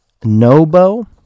Nobo